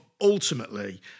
ultimately